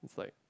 it's like